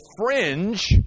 fringe